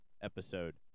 episode